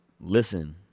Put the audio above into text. listen